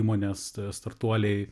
įmonės startuoliai